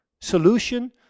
solution